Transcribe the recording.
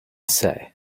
say